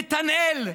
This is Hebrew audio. נתנאל,